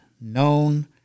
known